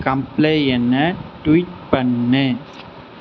கம்ப்ளெய்ன tweet பண்ணு